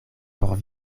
por